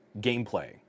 gameplay